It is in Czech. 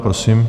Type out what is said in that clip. Prosím.